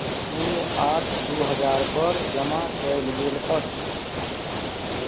शून्य आठ दू हजारपर जमा कयल गेल अछि